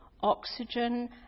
oxygen